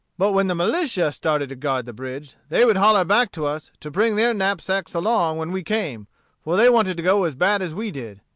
but when the militia started to guard the bridge, they would holler back to us to bring their knapsacks along when we came for they wanted to go as bad as we did.